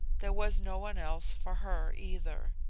there was no one else for her, either.